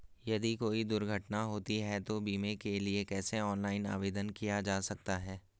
यदि कोई दुर्घटना होती है तो बीमे के लिए कैसे ऑनलाइन आवेदन किया जा सकता है?